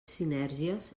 sinergies